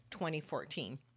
2014